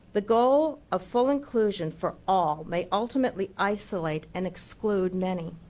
the goal of full inclusion for all may ultimately isolate and exclude many